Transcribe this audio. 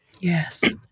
Yes